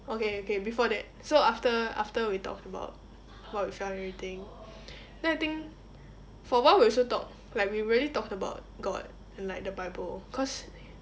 okay okay before that so after after we talked about what we felt and everything then I think for a while we also talked like we really talked about god and like the bible cause